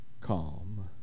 calm